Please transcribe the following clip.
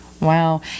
wow